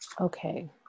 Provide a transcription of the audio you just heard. Okay